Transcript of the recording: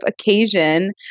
occasion